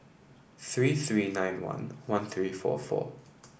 three three nine one one three four four